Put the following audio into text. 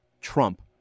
Trump